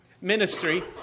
ministry